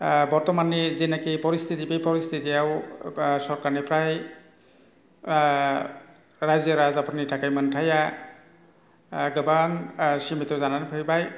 बरथमाननि जिनाखि परिस्थिथि बे परिस्थिथियाव सोरखारनिफ्राय रायजो राजाफोरनि थाखाय मोनथाया गोबां ओ सिमिथ' जानानै फैबाय